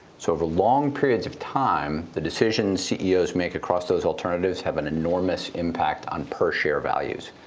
so over long periods of time, the decisions ceos make across those alternatives have an enormous impact on per share values.